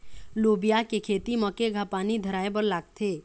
लोबिया के खेती म केघा पानी धराएबर लागथे?